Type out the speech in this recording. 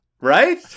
right